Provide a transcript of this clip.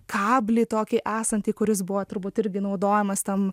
kablį tokį esantį kuris buvo turbūt irgi naudojamas tam